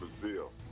Brazil